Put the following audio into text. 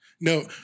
No